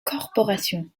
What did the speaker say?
corporation